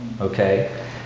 okay